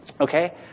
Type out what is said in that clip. Okay